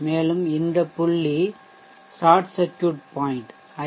மேலும் இந்த புள்ளி ஷார்ட் சர்க்யூட் பாயிண்ட் ஐ